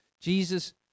Jesus